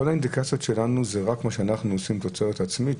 כל האינדיקציות שלנו זה רק מה שאנחנו עושים תוצרת עצמית?